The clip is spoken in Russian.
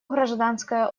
гражданское